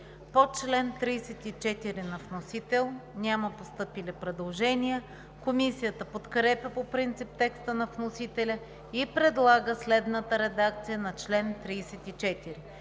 По чл. 37 на вносител няма постъпили предложения. Комисията подкрепя по принцип текста на вносителя и предлага следната редакция на чл. 37: